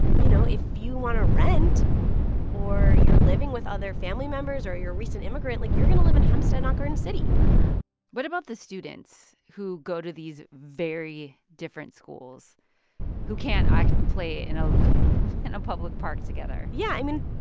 you know, if you want to rent or you're living with other family members or you're a recent immigrant, like, you're going to live in hempstead, not garden city what about the students who go to these very different schools who can't play in a and public park together? yeah. i mean,